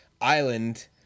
island